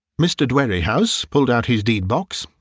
mr. dwerrihouse pulled out his deed-box,